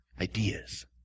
Ideas